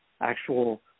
actual